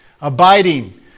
Abiding